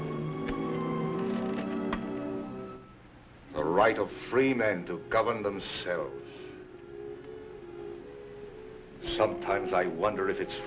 the right of free men to govern themselves sometimes i wonder if it's